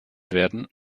werden